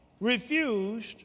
refused